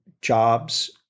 jobs